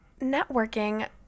networking